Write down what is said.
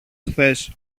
χθες